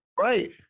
Right